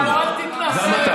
אל תתנשא.